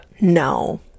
No